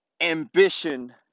ambition